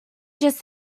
just